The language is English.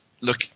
look